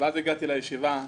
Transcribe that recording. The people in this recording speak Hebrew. ואז הגעתי לישיבה.